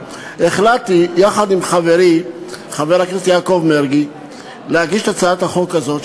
החלטתי יחד עם חברי חבר הכנסת יעקב מרגי להגיש את הצעת החוק הזאת,